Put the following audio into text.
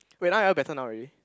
wait now you all better now already